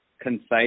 concise